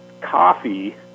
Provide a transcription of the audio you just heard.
coffee